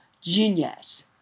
genius